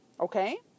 Okay